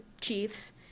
Chiefs